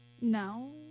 No